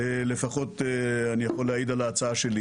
לפחות ההצעה שלי.